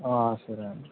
సరే అండి